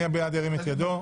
מי בעד ירים את ידו.